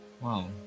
Wow